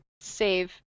save